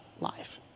life